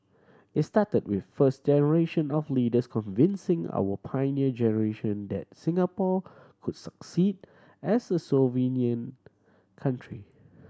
it started with first generation of leaders convincing our Pioneer Generation that Singapore could succeed as a sovereign country